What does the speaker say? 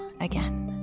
again